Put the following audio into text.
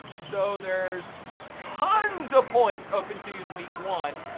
so there's tons of points open to you in week one.